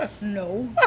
No